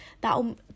That'll